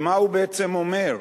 כי מה הוא בעצם אומר?